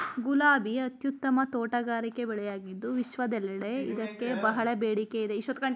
ಗುಲಾಬಿ ಅತ್ಯುತ್ತಮ ತೋಟಗಾರಿಕೆ ಬೆಳೆಯಾಗಿದ್ದು ವಿಶ್ವದೆಲ್ಲೆಡೆ ಇದಕ್ಕೆ ಬಹಳ ಬೇಡಿಕೆ ಇದೆ